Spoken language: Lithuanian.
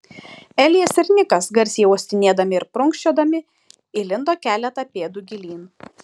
elijas ir nikas garsiai uostinėdami ir prunkščiodami įlindo keletą pėdų gilyn